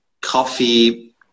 coffee